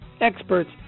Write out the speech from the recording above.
experts